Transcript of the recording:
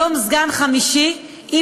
היום ממנים סגן חמישי בשכר,